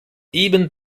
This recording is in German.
eben